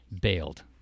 bailed